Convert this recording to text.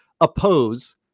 oppose